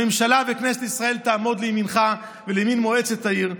הממשלה וכנסת ישראל יעמדו לימינך ולימין מועצת העיר.